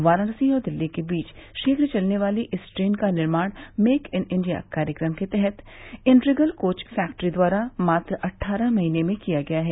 वाराणसी और दिल्ली के बीच शीघ्र चलने वाली इस ट्रेन का निर्माण मेक इन इण्डिया कार्यक्रम के तहत इन्ट्रीगल कोच फैक्टरी द्वारा मात्र अट्ठारह महीने में किया गया है